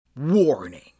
Warning